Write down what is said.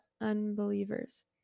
unbelievers